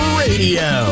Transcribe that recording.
radio